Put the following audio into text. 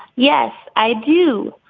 yes, i do.